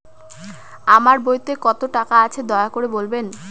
আমার বইতে কত টাকা আছে দয়া করে বলবেন?